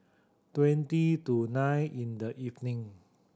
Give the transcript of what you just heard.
twenty to nine in the evening